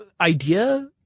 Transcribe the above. idea